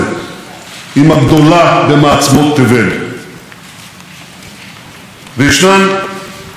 ישנן עוד שתי סיבות שבגללן זה היה עשור מופלא.